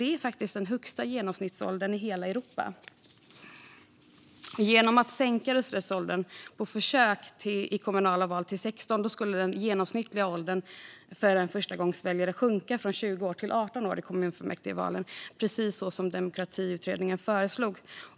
Det är faktiskt den högsta genomsnittsåldern i hela Europa. Om man på försök sänkte rösträttsåldern i kommunala val till 16 år skulle den genomsnittliga åldern för förstagångsväljare sjunka från 20 år till 18 år i kommunfullmäktigevalen. Det var precis det som Demokratiutredningen föreslog.